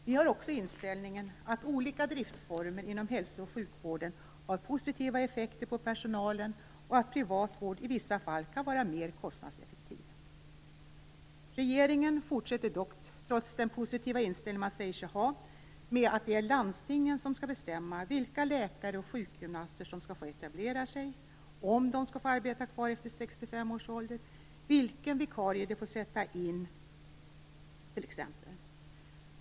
Vi har också inställningen att olika driftsformer inom hälso och sjukvården har positiva effekter på personalen och att privat vård i vissa fall kan vara mer kostnadseffektiv. Regeringen vidhåller dock, trots den positiva inställning man säger sig ha, att det är landstingen som skall bestämma vilka läkare och sjukgymnaster som skall få etablera sig, om de skall få arbeta kvar efter 65 års ålder och t.ex. vilken vikarie de får sätta in.